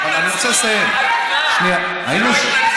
תני לי,